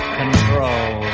control